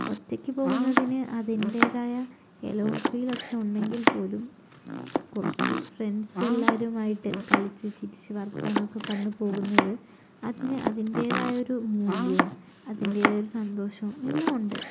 ഒറ്റയ്ക്ക് പോകുന്നതിന് അതിൻ്റേതായ എലോൺ ഫീൽ ഒക്കെ ഉണ്ടെങ്കിൽപോലും കുറച്ചു ഫ്രണ്ട്സ് എല്ലാരുമായിട്ട് കളിച്ചു ചിരിച്ച് വർത്തമാനമൊക്കെ പറഞ്ഞ് പോകുന്നത് അതിന് അതിൻ്റേതായ ഒരു മൂല്യവും അതിൻ്റേതായ ഒരു സന്തോഷവും എല്ലാം ഉണ്ട്